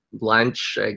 lunch